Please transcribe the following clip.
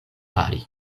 fari